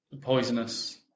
poisonous